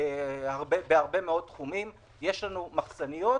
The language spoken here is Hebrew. בהרבה מאוד תחומים יש לנו מחסניות.